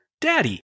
Daddy